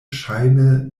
ŝajne